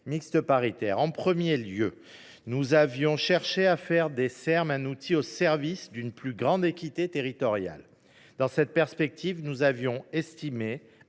mixte paritaire. En première lecture, nous avons d’abord cherché à faire des Serm un outil au service d’une plus grande équité territoriale. Dans cette perspective, nous avions estimé